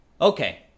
okay